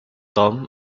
tom